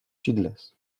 childless